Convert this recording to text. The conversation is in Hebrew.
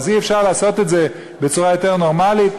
אז אי-אפשר לעשות את זה בצורה יותר נורמלית?